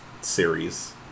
series